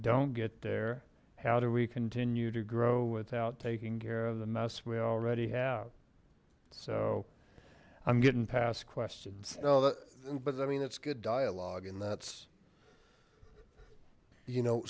don't get there how do we continue to grow without taking care of the mess we already so i'm getting past questions no i mean it's good dialogue and that's you know